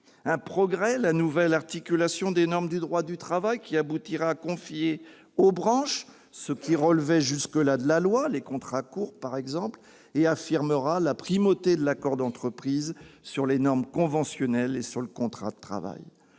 Un progrès, la nouvelle articulation des normes du droit du travail, qui aboutira à confier aux branches ce qui relevait jusqu'à présent de la loi- les contrats courts, par exemple -et affirmera la primauté de l'accord d'entreprise sur les normes conventionnelles et sur le contrat de travail